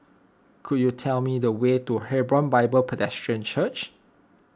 could you tell me the way to Hebron Bible Presbyterian Church